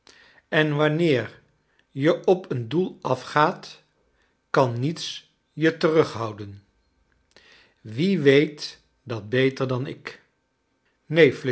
en wanneer j e op een doel afgaat kan niets je terughouden wie weet dat beter dan ik